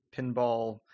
pinball